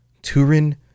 Turin